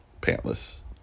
pantless